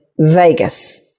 Vegas